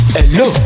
Hello